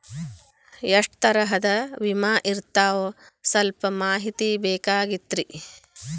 ಎಷ್ಟ ತರಹದ ವಿಮಾ ಇರ್ತಾವ ಸಲ್ಪ ಮಾಹಿತಿ ಬೇಕಾಗಿತ್ರಿ